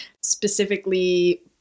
specifically